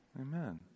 Amen